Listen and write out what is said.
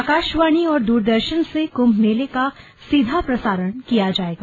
आकाशवाणी और दूरदर्शन से कुम्भ मेले का सीधा प्रसारण किया जाएगा